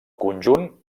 conjunt